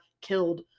killed